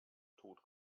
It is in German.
tod